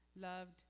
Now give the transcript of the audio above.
loved